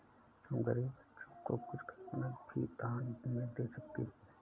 तुम गरीब बच्चों को कुछ खिलौने भी दान में दे सकती हो